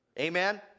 Amen